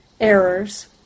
errors